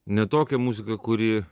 ne tokią muziką kuri